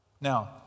Now